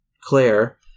Claire